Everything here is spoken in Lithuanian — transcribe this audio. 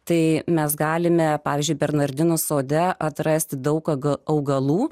tai mes galime pavyzdžiui bernardinų sode atrasti daug ką augalų